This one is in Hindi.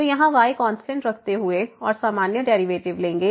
तो यहाँ y कांस्टेंट रखते हुए और सामान्य डेरिवेटिव लेंगे